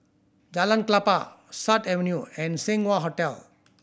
Jalan Klapa Sut Avenue and Seng Wah Hotel